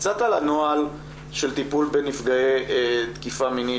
קצת על הנוהל של טיפול בנפגעי תקיפה מינית